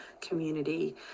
community